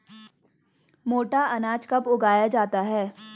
मोटा अनाज कब उगाया जाता है?